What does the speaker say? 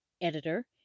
editor